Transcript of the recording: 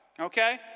Okay